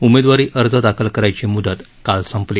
उमेदवारी अर्ज दाखल करायची मुदत काल संपली